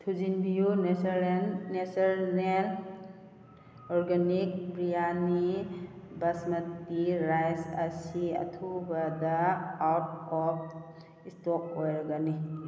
ꯊꯨꯖꯤꯟꯕꯤꯌꯨ ꯅꯦꯆꯔꯦꯜ ꯅꯦꯆꯔꯅꯦꯜ organic biryani basmati rice ꯑꯁꯤ ꯑꯊꯨꯕꯗ ꯑꯥꯎꯠ ꯑꯣꯐ ꯏꯁꯇꯣꯛ ꯑꯣꯏꯔꯒꯅꯤ